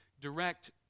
direct